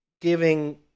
giving